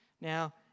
Now